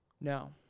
No